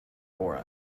for